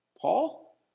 Paul